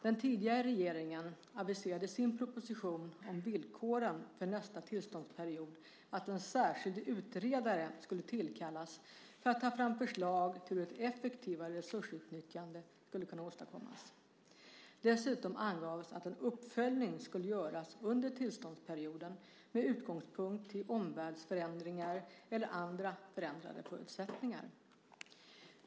Den tidigare regeringen aviserade i sin proposition om villkoren för nästa tillståndsperiod att en särskild utredare skulle tillkallas för att ta fram förslag till hur ett effektivare resursutnyttjande skulle kunna åstadkommas. Dessutom angavs att en uppföljning skulle göras under tillståndsperioden med utgångspunkt i omvärldsförändringar eller andra förändrade förutsättningar.